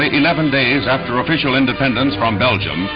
eleven days after official independence from belgium,